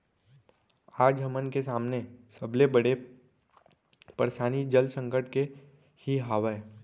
आज हमन के सामने सबले बड़े परसानी जल संकट के ही हावय